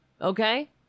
Okay